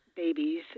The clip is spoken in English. babies